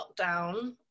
lockdown